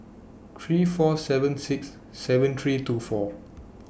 three four seven six seven three two four